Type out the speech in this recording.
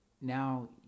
Now